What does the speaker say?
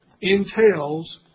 entails